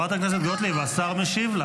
באמת, אי-אפשר.